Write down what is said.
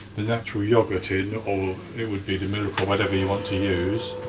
the natural yogurt in, or it would be the milk or whatever you want to use.